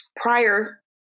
prior